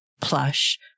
plush